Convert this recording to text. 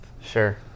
Sure